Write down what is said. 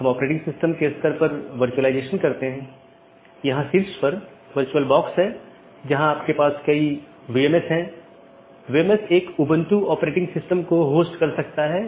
एक AS traffic की निश्चित श्रेणी के लिए एक विशेष AS पाथ का उपयोग करने के लिए ट्रैफिक को अनुकूलित कर सकता है